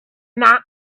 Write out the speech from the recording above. not